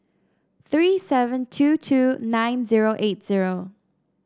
three seven two two nine zero eight zero